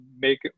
make